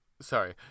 Sorry